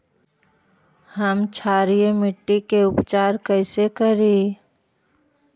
हम क्षारीय मिट्टी के उपचार कैसे करी?